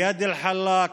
איאד אלחלאק,